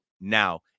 now